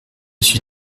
suis